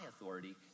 authority